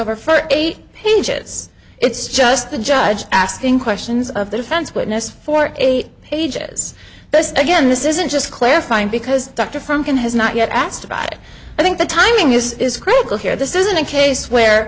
over for eight pages it's just the judge asking questions of the defense witness for eight pages but again this isn't just clarifying because dr franken has not yet asked about it i think the timing is critical here this is a case where